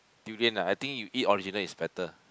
durian ah I think you eat original is better